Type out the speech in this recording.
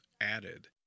added